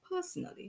personally